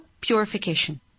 purification